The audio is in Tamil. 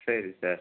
சரி சார்